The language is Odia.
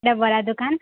ଏଟା ବରା ଦୋକାନ